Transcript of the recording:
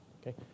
okay